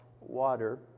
water